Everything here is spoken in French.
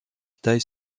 taille